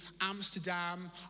Amsterdam